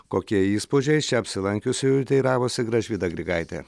kokie įspūdžiai iš čia apsilankiusiųjų teiravosi gražvyda grigaitė